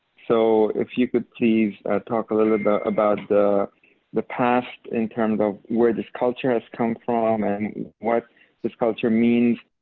so, if you could please talk a little bit about the the past, in terms of where this culture has come from and what this culture means.